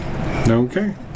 Okay